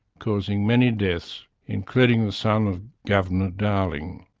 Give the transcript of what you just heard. causing many deaths including the son of governor darling.